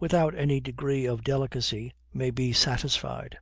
without any degree of delicacy, may be satisfied